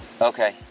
Okay